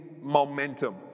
momentum